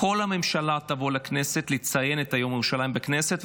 כל הממשלה תבוא לכנסת לציין את יום ירושלים בכנסת,